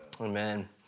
Amen